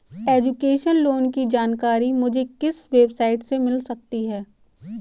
Education loan की जानकारी मुझे किस वेबसाइट से मिल सकती है?